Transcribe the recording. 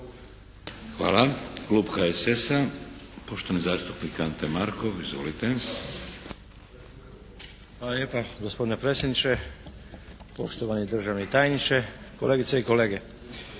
Hvala. Klub HSS-a, poštovani zastupnik Ante Markov. Izvolite. **Markov, Ante (HSS)** Hvala lijepa gospodine predsjedniče. Poštovani državni tajniče, kolegice i kolege.